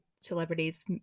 celebrities